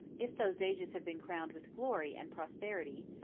if those ages have been crowned with glory and prosperity,